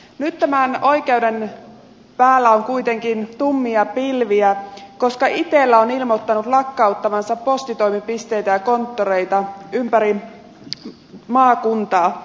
nyt tämän oikeuden päällä on kuitenkin tummia pilviä koska itella on ilmoittanut lakkauttavansa postitoimipisteitä ja konttoreita ympäri maakuntaa